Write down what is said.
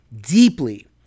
deeply